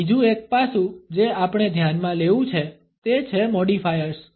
બીજું એક પાસું જે આપણે ધ્યાનમાં લેવું છે તે છે મોડિફાયર્સ